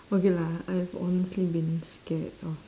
okay lah I have honestly been scared of